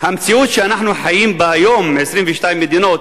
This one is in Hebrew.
המציאות שאנחנו חיים בה היום, 22 מדינות,